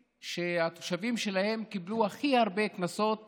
שהתושבים שלהם קיבלו הכי הרבה קנסות